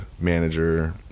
manager